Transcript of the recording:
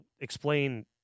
explain